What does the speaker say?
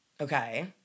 Okay